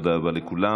תודה רבה לכולם.